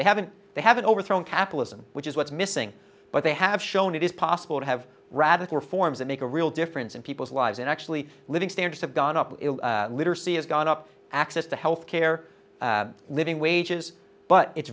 they haven't they haven't overthrown capitalism which is what's missing but they have shown it is possible to have radical reforms that make a real difference in people's lives and actually living standards have gone up literacy has gone up access to health care living wages but it's